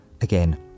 Again